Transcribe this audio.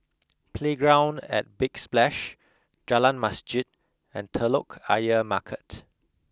playground at Big Splash Jalan Masjid and Telok Ayer Market